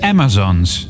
Amazons